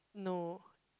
no